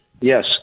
yes